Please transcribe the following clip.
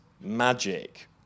magic